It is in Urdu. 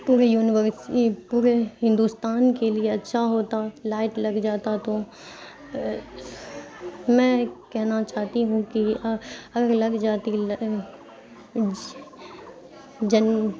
پورے یونیورس پورے ہندوستان کے لیے اچھا ہوتا لائٹ لگ جاتا تو میں کہنا چاہتی ہوں کہ اگر لگ جاتی جن